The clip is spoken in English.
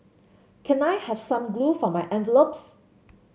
can I have some glue for my envelopes